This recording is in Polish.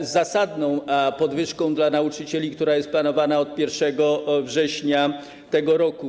z zasadną podwyżką dla nauczycieli, która jest planowana od 1 września tego roku.